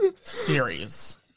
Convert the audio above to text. series